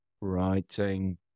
writing